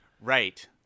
Right